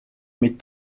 meid